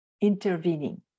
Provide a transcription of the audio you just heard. intervening